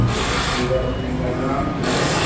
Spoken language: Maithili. तिनकर तिनकर तिनकर नाम की भेलैन